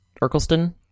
Urkelston